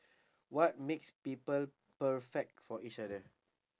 what makes people perfect for each other